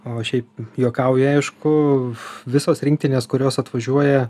o šiaip juokauju aišku visos rinktinės kurios atvažiuoja